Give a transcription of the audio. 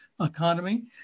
economy